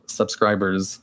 subscribers